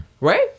Right